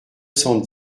cent